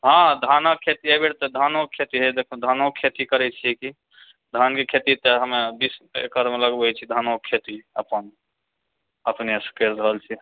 हँ धानक खेती एहिबेर तऽ धानोके खेती होइए देखु धानोके खेती करैत छियै की धानके खेती तऽ हमे बीस एकड़मे लगबैत छियै धानोके खेती अपन अपनेसँ करि रहल छियै